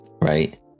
Right